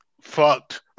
fucked